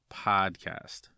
podcast